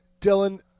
Dylan